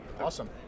Awesome